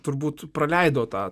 turbūt praleido tą